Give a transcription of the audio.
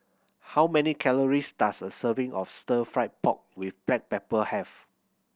how many calories does a serving of Stir Fried Pork With Black Pepper have